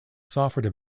software